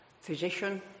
Physician